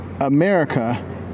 America